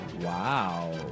Wow